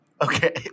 Okay